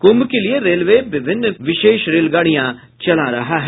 कुंभ के लिये रेलवे विभिन्न विशेष रेलगाड़ियां चला रहा है